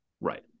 Right